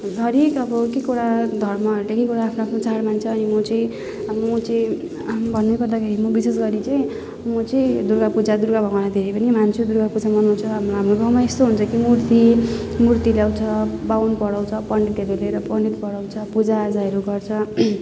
हरेक अब एक एकवटा धर्महरूले एक एकवटा आफ्नो आफ्नो चाड मान्छ अनि म चाहिँ म चाहिँ भन्नैपर्दाखेरि म विशेष गरी चाहिँ म चाहिँ दुर्गा पूजा दुर्गा भगवानलाई धेरै पनि मान्छु दुर्गा पूजा मनाउँछ हाम्रो गाउँमा यस्तो हुन्छ कि मूर्ति मूर्ति ल्याउँछ बाहुन पढाउँछ पण्डितहरू ल्याएर पण्डित पढाउँछ पूजाआजाहरू गर्छ